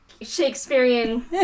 shakespearean